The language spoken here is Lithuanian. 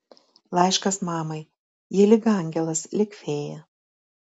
laiškas mamai ji lyg angelas lyg fėja